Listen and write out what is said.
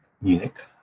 Munich